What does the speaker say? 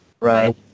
Right